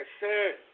Yes